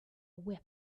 whip